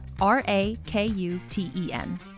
R-A-K-U-T-E-N